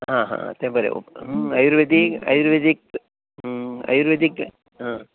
हां हां ते बरें ओ आर्युर्वेदीक आयुर्वेदीक आयुर्वेदीक हां